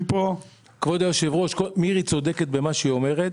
כבוד היושב-ראש, מירי צודקת במה שהיא אומרת.